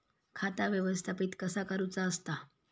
खाता व्यवस्थापित कसा करुचा असता?